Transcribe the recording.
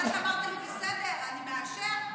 אחרי שאמרת לי: בסדר, אני מאשר,